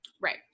Right